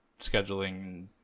scheduling